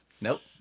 Nope